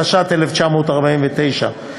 התש"ט 1949,